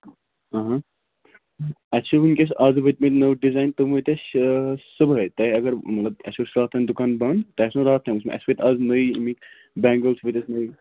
اَسہِ چھِ وٕنۍکٮ۪س آز وٲتۍمٕتۍ نٔو ڈِزایِن تِم وٲتۍ اَسہِ صُبحٲے تۄہہِ اگر مطلب اَسہِ اوس راتھ تام دُکان بنٛد تۄہہِ آسنو راتھ تِم وٕچھۍمٕتۍ اَسہِ وٲتۍ آز نٔے اَمِکۍ بٮ۪نٛگٕلز وٲتۍ اَسہِ نٔے